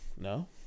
No